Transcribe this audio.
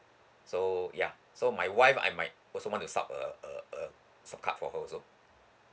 so ya so my wife I might also want to sub a a a sub card for her also